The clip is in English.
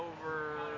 over